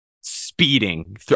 speeding